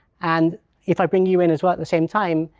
and if i bring you in as well at the same time,